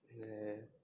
ya